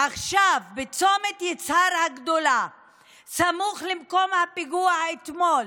עכשיו בצומת יצהר הגדולה סמוך למקום הפיגוע אתמול,